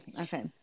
Okay